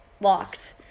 locked